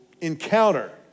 encounter